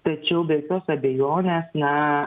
tačiau be jokios abejonės na